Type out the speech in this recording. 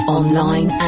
online